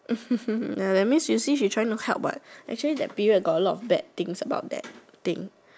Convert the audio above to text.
ya that means you see she trying to help what actually that period got a lot bad things about that thing